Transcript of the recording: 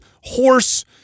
horse